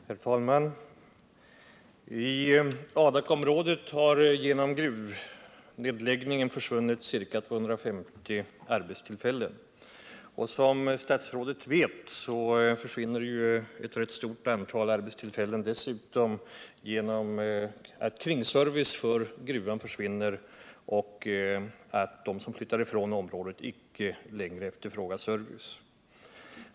Herr talman! I Adakområdet har genom gruvnedläggningen 250 arbetstillfällen försvunnit. Som statsrådet vet, försvinner dessutom ett rätt stort antal arbetstillfällen genom att kringservice för gruvan försvinner och att de som flyttar ifrån området icke längre efterfrågar service.